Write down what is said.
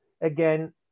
again